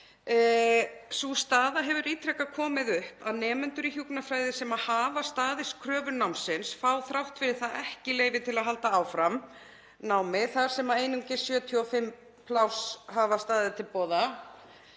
Sú staða hefur ítrekað komið upp að nemendur í hjúkrunarfræði sem hafa staðist kröfur námsins fá þrátt fyrir það ekki leyfi til að halda áfram námi þar sem einungis 75 pláss hafa staðið til boða.